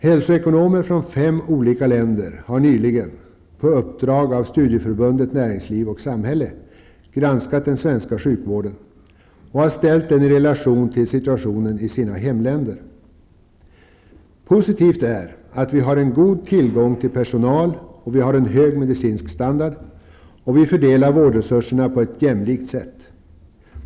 Hälsoekonomer från fem olika länder har nyligen på uppdrag av Studieförbundet Näringsliv och Samhälle granskat den svenska sjukvården och ställt den i relation till situationen i sina hemländer. Positivt är att vi har en god tillgång till personal, att vi har en hög medicinsk standard och att vi fördelar vårdresurserna på ett jämlikt sätt.